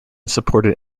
supported